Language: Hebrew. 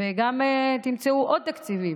וגם תמצאו עוד תקציבים,